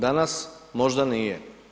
Danas možda nije.